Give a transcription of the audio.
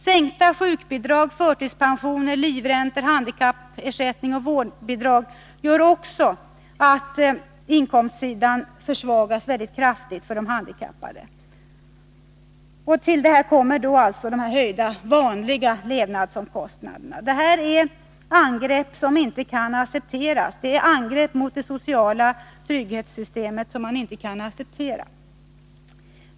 Sänkta sjukbidrag, förtidspensioner, livräntor, handikappersättning och vårdbidrag gör att också inkomstsidan försvagas mycket kraftigt för de handikappade. Till detta kommer höjningarna av de vanliga levnadsomkostnaderna. Det här är angrepp mot det sociala trygghetssystemet som man inte kan acceptera.